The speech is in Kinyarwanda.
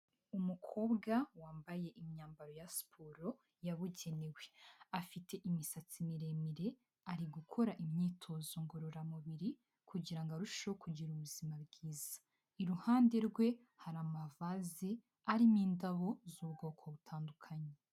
Umukobwa wambaye imyambaro ya siporo yabugenewe, afite imisatsi miremire ari gukora imyitozo ngororamubiri kugira ngo arusheho kugira ubuzima bwiza. iruhande rwe hari amavazi arimo indabo z'ubwoko butandukanye.